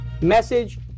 Message